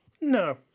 No